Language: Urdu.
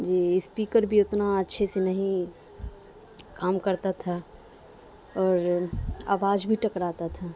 جی اسپیکر بھی اتنا اچھے سے نہیں کام کرتا تھا اور آواز بھی ٹکڑاتا تھا